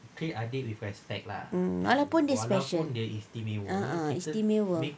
mm walaupun dia special ah ah istimewa